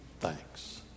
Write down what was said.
thanks